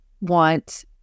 want